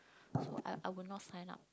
I would not sign up